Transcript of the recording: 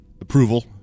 approval